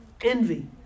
Envy